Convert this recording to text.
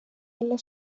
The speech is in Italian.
dalla